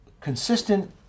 consistent